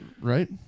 Right